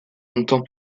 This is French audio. comptant